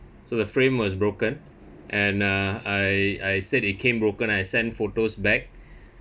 so the frame was broken and uh I I said it came broken I send photos back